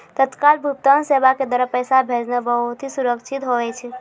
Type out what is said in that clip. तत्काल भुगतान सेवा के द्वारा पैसा भेजना बहुत ही सुरक्षित हुवै छै